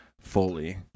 fully